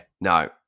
No